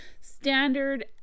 standard